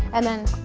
and then.